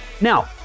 Now